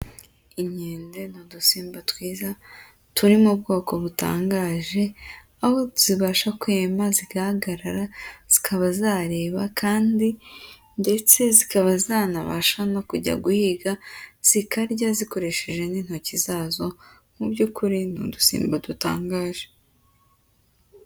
Inkende ni udusimba twiza turi mu bwoko butangaje, aho zibasha kwema zigahagarara zikaba zareba kandi ndetse zikaba zanabasha no kujya guhiga, zikarya zikoresheje n'intoki zazo, mu by'ukuri ni udusimba dutangaje.